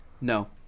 No